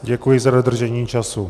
Děkuji za dodržení času.